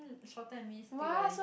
shorter than me still I think